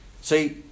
See